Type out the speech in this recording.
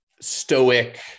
stoic